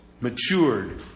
matured